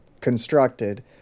constructed